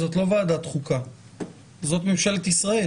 זאת לא ועדת חוקה אלא זאת ממשלת ישראל